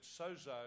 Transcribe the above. sozo